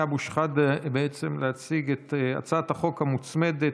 אבו שחאדה להציג את הצעת החוק המוצמדת,